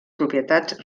propietats